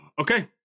Okay